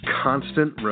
constant